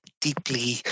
deeply